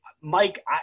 Mike